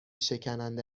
شکننده